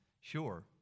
sure